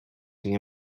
nie